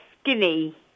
skinny